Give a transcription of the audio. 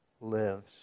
lives